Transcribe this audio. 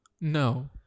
No